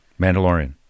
Mandalorian